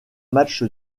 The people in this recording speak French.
match